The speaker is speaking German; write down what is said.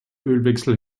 ölwechsel